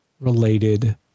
related